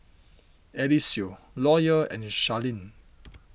Eliseo Loyal and Charleen